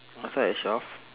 oh stop at twelve